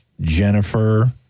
Jennifer